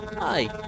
Hi